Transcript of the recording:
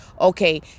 okay